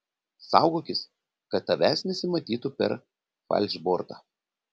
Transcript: saugokis kad tavęs nesimatytų per falšbortą